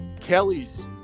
Kelly's